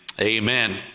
amen